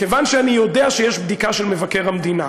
כיוון שאני יודע שיש בדיקה של מבקר המדינה,